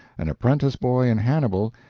an apprentice-boy in hannibal,